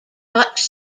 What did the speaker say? dutch